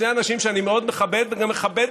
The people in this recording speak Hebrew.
שני אנשים שאני מאוד מכבד וגם מכבד